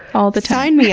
all the time. sign me